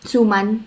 Suman